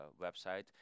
website